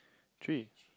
three